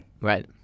Right